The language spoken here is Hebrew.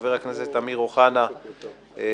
חבר הכנסת אמיר אוחנה ואנוכי,